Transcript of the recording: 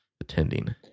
attending